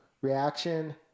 reaction